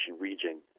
region